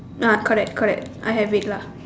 ah correct correct I have it lah